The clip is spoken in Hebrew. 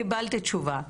קיבלת תשובה.